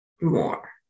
more